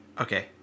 Okay